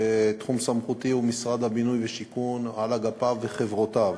ותחום סמכותי הוא משרד הבינוי והשיכון על אגפיו וחברותיו.